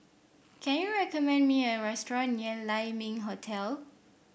can you recommend me a restaurant near Lai Ming Hotel